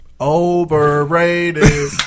Overrated